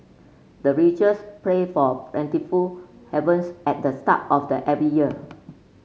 the villagers pray for plentiful harvest at the start of the every year